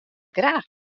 graach